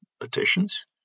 petitions